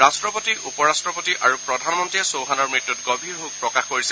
ৰাট্টপতি উপ ৰাট্টপতি আৰু প্ৰধানমন্ত্ৰীয়ে চৌহানৰ মৃত্যুত গভীৰ শোক প্ৰকাশ কৰিছে